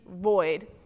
void